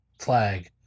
flag